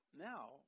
now